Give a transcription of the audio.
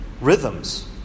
rhythms